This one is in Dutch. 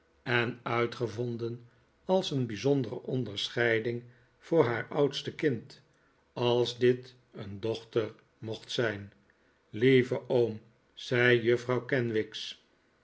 en uitgevonden als een bijzondere onderscheiding voor haar oudste kind als dit een dochter mocht zijn lieve oom zei juffrouw kenwigs